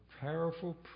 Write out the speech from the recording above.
powerful